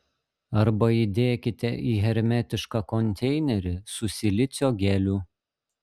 arba įdėkite į hermetišką konteinerį su silicio geliu